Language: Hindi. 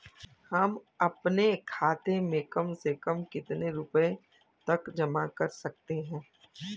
हम अपने खाते में कम से कम कितने रुपये तक जमा कर सकते हैं?